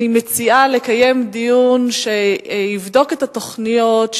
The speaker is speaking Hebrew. אני מציעה לקיים דיון שיבדוק את התוכניות,